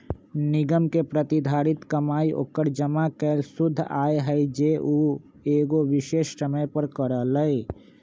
निगम के प्रतिधारित कमाई ओकर जमा कैल शुद्ध आय हई जे उ एगो विशेष समय पर करअ लई